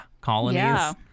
colonies